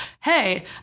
hey